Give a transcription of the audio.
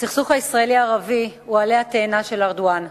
הסכסוך הישראלי-הערבי הוא עלה התאנה של ארדואן.